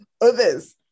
others